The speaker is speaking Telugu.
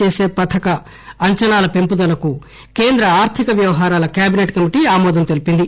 చేసే పథక అంచనాల పెంపుదలకు కేంద్ర ఆర్థిక వ్యవహారాల క్యాబినెట్ కమిటీ ఆమోదం తెలిపింది